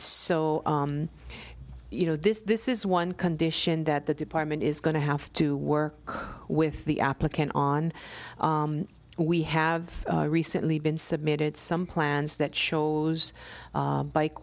so you know this this is one condition that the department is going to have to work with the applicant on we have recently been submitted some plans that shows bike